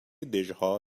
دژها